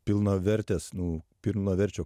pilnavertės nu pilnaverčio